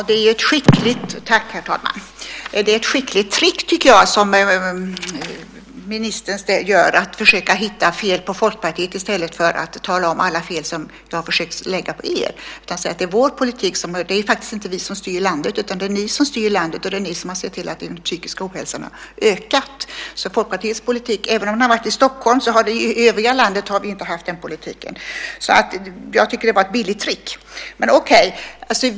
Herr talman! Det är ett skickligt trick, tycker jag, som ministern tar till när han försöker hitta fel på Folkpartiet i stället för att tala om alla fel som man kan lägga på er. Han säger att det är vår politik som ligger bakom. Det är faktiskt inte vi som styr landet utan det är ni som styr landet. Det är ni som har sett till att den psykiska ohälsan har ökat. Folkpartiets politik i övriga landet har inte varit som i Stockholm. Jag tycker att det var ett billigt trick.